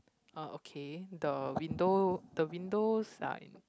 uh okay the window the windows are in